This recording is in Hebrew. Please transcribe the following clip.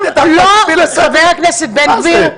חבר הכנסת בן גביר --- מה זה?